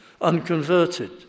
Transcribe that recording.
unconverted